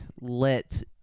let